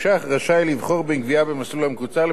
גבייה במסלול המקוצר לבין גבייה במסלול הרגיל.